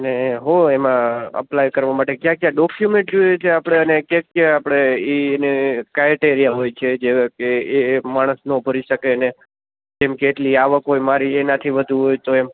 અને શું એમાં અપ્લાય કરવા માટે કયા કયા ડોક્યુમેન્ટ જોઈએ કે આપણે એને કયા કયા આપણે એ કાઇટેરિયા હોય છે જે કે એ માણસ ન ભરી શકે ને કેમ કે એટલી આવક હોય મારી ને એનાથી વધુ હોય તો એમ